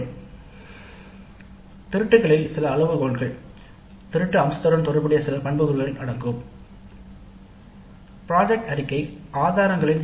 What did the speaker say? ரூபிரிக்சல் கருத்துத் திருட்டு அம்சத்துடன் தொடர்புடைய பண்புக்கூறுகள் குறிப்பிடப்பட வேண்டும்